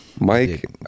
Mike